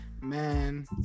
man